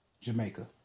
Jamaica